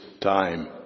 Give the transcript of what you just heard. time